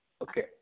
Okay